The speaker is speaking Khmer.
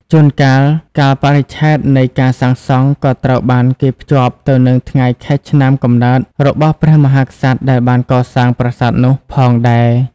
ជួនកាលកាលបរិច្ឆេទនៃការសាងសង់ក៏ត្រូវបានគេភ្ជាប់ទៅនឹងថ្ងៃខែឆ្នាំកំណើតរបស់ព្រះមហាក្សត្រដែលបានកសាងប្រាសាទនោះផងដែរ។